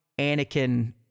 Anakin